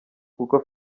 kuko